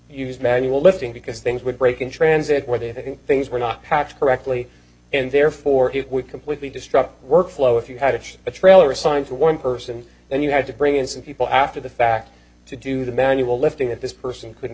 use manual lifting because things would break in transit where they think things were not patched correctly and therefore it would completely destroy workflow if you had to ship a trailer assigned to one person and you had to bring in some people after the fact to do the manual lifting that this person couldn't